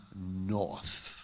north